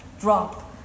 drop